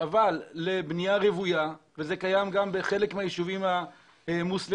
לבנייה רוויה וזה קיים גם בחלק מהיישובים המוסלמים